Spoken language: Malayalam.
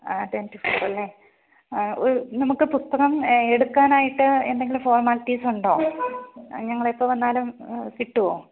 ആ ടെൻ ടു ഫൈവല്ലേ നമുക്ക് പുസ്തകം എടുക്കാനായിട്ട് എന്തെങ്കിലും ഫോർമാലിറ്റീസൊണ്ടോ ഞങ്ങൾ എപ്പം വന്നാലും കിട്ടുമോ